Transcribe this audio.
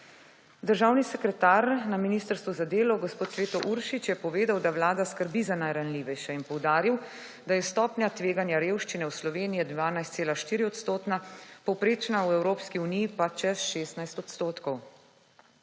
Državni sekretar na Ministrstvu za delo, gospod Cveto Uršič, je povedal, da Vlada skrbi za najranljivejše in poudaril, da je stopnja tveganja revščine v Sloveniji je 12,4 %, povprečna v Evropski uniji pa čez 16 %.